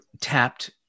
tapped